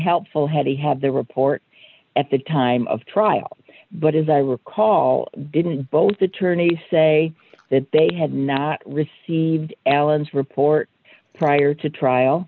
helpful had he had the report at the time of trial but as i recall didn't both attorneys say that they had not received alan's report prior to